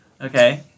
okay